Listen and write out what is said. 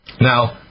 Now